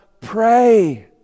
pray